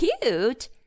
cute